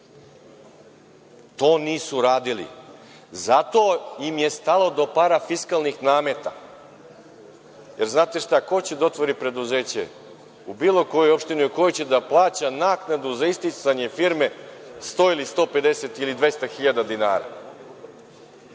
To nisu radili i zato im je stalo do parafiskalnih nameta. Jer, znate šta, ko će da otvori preduzeće u bilo kojoj opštini u kojoj će da plaća naknadu za isticanje firme 100, 150 ili 200 hiljada